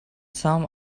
some